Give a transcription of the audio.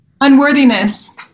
Unworthiness